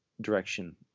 direction